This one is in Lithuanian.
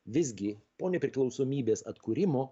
visgi po nepriklausomybės atkūrimo